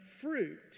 fruit